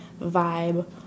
vibe